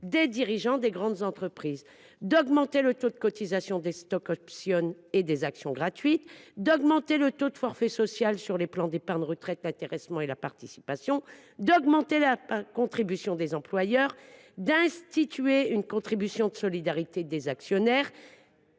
des dirigeants des grandes entreprises ; d’augmenter le taux de cotisation des stock options et des actions gratuites ; d’augmenter le taux de forfait social sur les plans d’épargne de retraite, l’intéressement et la participation ; d’augmenter la contribution des employeurs ; d’instituer une contribution de solidarité des actionnaires